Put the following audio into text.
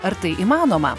ar tai įmanoma